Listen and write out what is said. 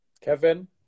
Kevin